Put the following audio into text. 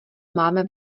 máme